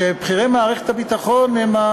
שבכירי מערכת הביטחון הם,